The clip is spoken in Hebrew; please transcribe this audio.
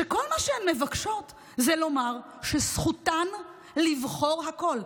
שכל מה שהן מבקשות זה לומר שזכותן לבחור הכול.